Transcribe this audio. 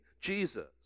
Jesus